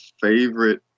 favorite